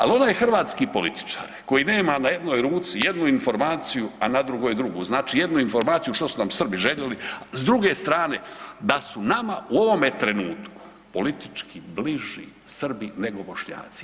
Ali onaj hrvatski političar koji nema na jednoj ruci jednu informaciju, a na drugoj drugu, znači jednu informaciju što su nam Srbi željeli s druge strane da su nama u ovome trenutku politički bliži Srbi nego Bošnjaci.